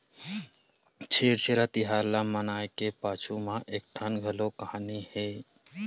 छेरछेरा तिहार ल मनाए के पाछू म एकठन घलोक कहानी हे